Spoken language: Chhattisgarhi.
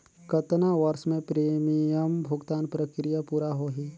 कतना वर्ष मे प्रीमियम भुगतान प्रक्रिया पूरा होही?